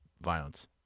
violence